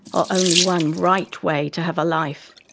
or only one right way to have a life,